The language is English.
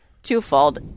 Twofold